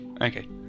Okay